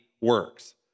works